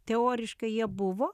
teoriškai jie buvo